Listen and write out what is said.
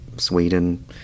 Sweden